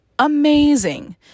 amazing